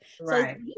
Right